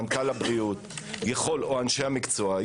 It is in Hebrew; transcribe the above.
מנכ"ל הבריאות או אנשי המקצוע,